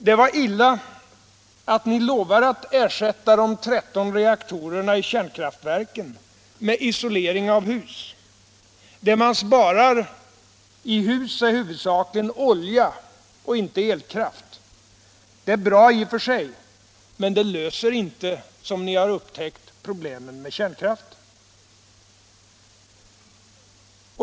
Det var illa att ni lovade att ersätta de 13 kärnreaktorerna med isolering av hus. Vad man sparar då är huvudsakligen olja, inte elkraft. Det är bra i och för sig, men som ni redan upptäckt löser det inte problemen med kärnkraften.